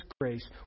grace